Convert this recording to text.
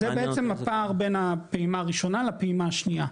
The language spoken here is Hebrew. זה בעצם הפער בין הפעימה הראשונה לפעימה השנייה,